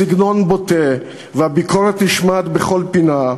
הסגנון בוטה והביקורת נשמעת בכל פינה.